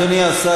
אדוני השר,